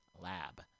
lab